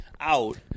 out